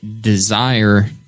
desire